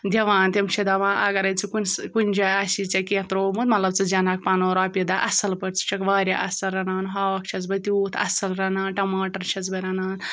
دِوان تِم چھِ دَپان اگرَے ژٕ کُنہِ کُنہِ جایہِ آسہِ ژےٚ کینٛہہ ترٛوومُت مطلب ژٕ زینہَکھ پَنُن رۄپیہِ دَہ اَصٕل پٲٹھۍ ژٕ چھَکھ واریاہ اَصٕل رَنان ہاکھ چھٮ۪س بہٕ تیوٗت اَصٕل رَنان ٹماٹر چھٮ۪س بہٕ رَنان